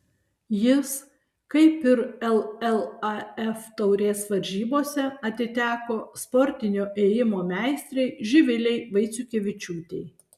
jis kaip ir llaf taurės varžybose atiteko sportinio ėjimo meistrei živilei vaiciukevičiūtei